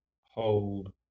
hold